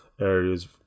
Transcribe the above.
areas